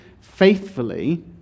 faithfully